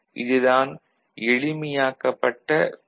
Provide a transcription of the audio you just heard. இது தான் எளிமையாக்கப்பட்ட பி